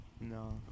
No